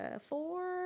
four